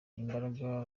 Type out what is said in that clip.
imbaraga